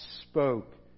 spoke